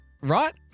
Right